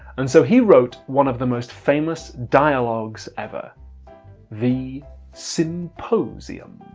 and so he wrote one of the most famous dialogues ever the symposium.